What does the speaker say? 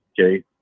Okay